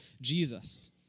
Jesus